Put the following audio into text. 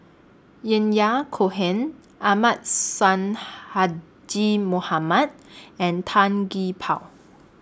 Yahya Cohen Ahmad Sonhadji Mohamad and Tan Gee Paw